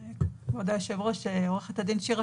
העבודה המדגמית שעשיתם